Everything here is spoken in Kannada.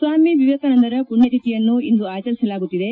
ಸ್ವಾಮಿ ವಿವೇಕಾನಂದರ ಪುಣ್ಯತಿಥಿಯನ್ನು ಇಂದು ಆಚರಿಸಲಾಗುತ್ತಿದೆ